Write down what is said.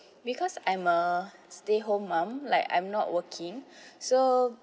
because I'm a stay home mom like I'm not working so